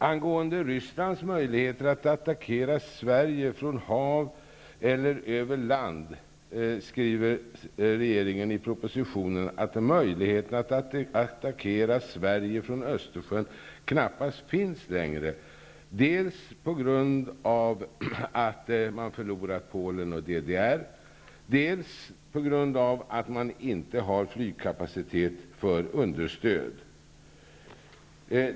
Sverige från hav eller över land skriver regeringen i propositionen att möjligheten att attackera Sverige från Östersjön knappast finns längre, dels på grund av att man har förlorat Polen och DDR, dels på grund av att man inte har flygkapacitet för understöd.